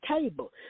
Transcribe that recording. table